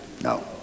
No